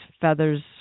feathers